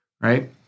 Right